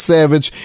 Savage